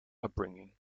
upbringing